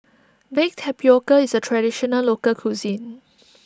Baked Tapioca is a Traditional Local Cuisine